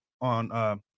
on